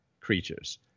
creatures